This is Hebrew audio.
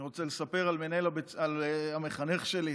אני רוצה לספר על המחנך שלי,